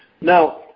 Now